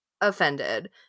offended